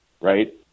right